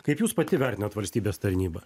kaip jūs pati vertinate valstybės tarnybą